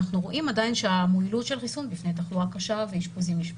אנחנו עדיין רואים שהמועילות של החיסון בפני תחלואה קשה ואשפוזים נשמרת.